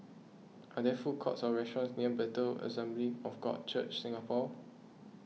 are there food courts or restaurants near Bethel Assembly of God Church Singapore